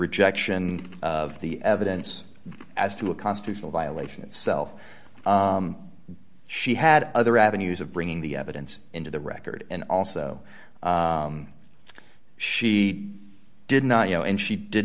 rejection of the evidence as to a constitutional violation itself she had other avenues of bringing the evidence into the record and also she did not you know and she did